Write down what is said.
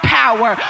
power